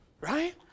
right